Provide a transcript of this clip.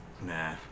Nah